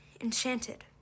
Enchanted